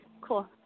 cool